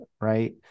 right